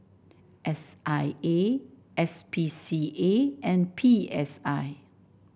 S I A S P C A and P S I